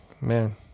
man